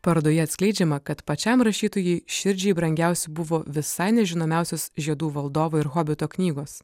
parodoje atskleidžiama kad pačiam rašytojui širdžiai brangiausi buvo visai ne žinomiausios žiedų valdovo ir hobito knygos